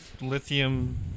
Lithium